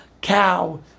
cow